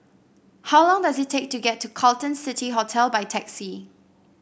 how long does it take to get to Carlton City Hotel by taxi